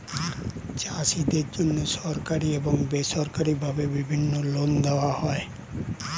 চাষীদের জন্যে সরকারি এবং বেসরকারি ভাবে বিভিন্ন লোন দেওয়া হয়